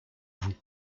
vous